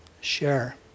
Share